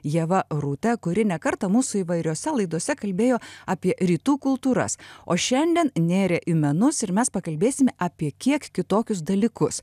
ieva rutė kuri ne kartą mūsų įvairiose laidose kalbėjo apie rytų kultūras o šiandien nėrė į menus ir mes pakalbėsim apie kiek kitokius dalykus